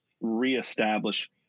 reestablish